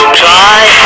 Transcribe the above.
try